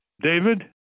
David